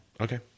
Okay